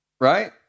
Right